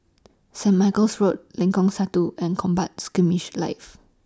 St Michael's Road Lengkong Satu and Combat Skirmish Live